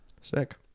sick